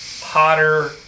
hotter